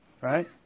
right